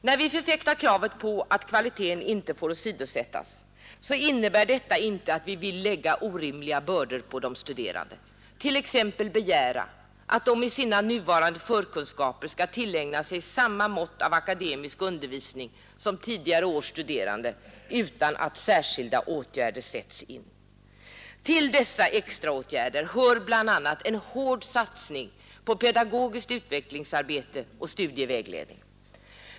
När vi förfäktar att kvaliteten inte får åsidosättas, så innebär detta inte att vi vill lägga orimliga bördor på de studerande, t.ex. begära att de med sina nuvarande förkunskaper skall tillägna sig samma mått av akademisk undervisning som tidigare års studerande utan att särskilda åtgärder sätts in, Till dessa extraåtgärder hör bl.a. en hård satsning på pedagogiskt utvecklingsarbete och studievägledning.